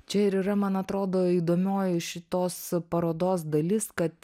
čia ir yra man atrodo įdomioji šitos parodos dalis kad